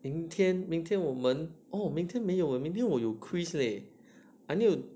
明天明天我们哦明天没有明天我有 quiz leh I need to